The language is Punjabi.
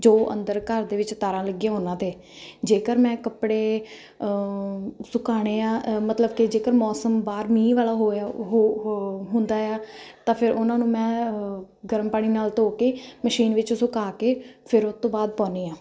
ਜੋ ਅੰਦਰ ਘਰ ਦੇ ਵਿੱਚ ਤਾਰਾਂ ਲੱਗੀਆਂ ਉਹਨਾਂ 'ਤੇ ਜੇਕਰ ਮੈਂ ਕੱਪੜੇ ਸੁਕਾਉਣੇ ਆ ਮਤਲਬ ਕਿ ਜੇਕਰ ਮੌਸਮ ਬਾਹਰ ਮੀਂਹ ਵਾਲਾ ਹੋਇਆ ਉਹ ਹੋ ਹੁੰਦਾ ਆ ਤਾਂ ਫਿਰ ਉਹਨਾਂ ਨੂੰ ਮੈਂ ਗਰਮ ਪਾਣੀ ਨਾਲ ਧੋ ਕੇ ਮਸ਼ੀਨ ਵਿੱਚ ਸੁਕਾ ਕੇ ਫਿਰ ਉਹ ਤੋਂ ਬਾਅਦ ਪਾਉਂਦੀ ਹਾਂ